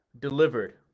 Delivered